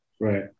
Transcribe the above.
Right